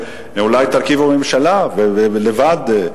אולי תרכיבו ממשלה לבד,